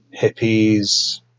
hippies